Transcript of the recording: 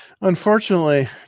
unfortunately